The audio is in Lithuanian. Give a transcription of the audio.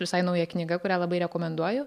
visai nauja knyga kurią labai rekomenduoju